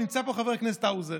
נמצא פה חבר הכנסת האוזר,